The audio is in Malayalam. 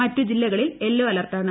മറ്റ് ജില്ലകളിൽ യെല്ലോ അലർട്ടാണ്